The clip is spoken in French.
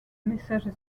message